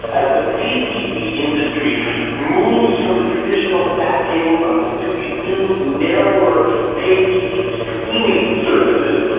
as the pay tv industry moves from the traditional fat cable bundles to these new, narrower pay tv streaming services,